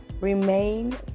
remain